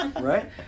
right